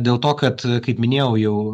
dėl to kad kaip minėjau jau